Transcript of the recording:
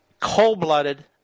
cold-blooded